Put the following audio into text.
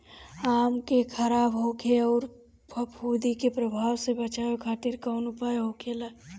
आम के खराब होखे अउर फफूद के प्रभाव से बचावे खातिर कउन उपाय होखेला?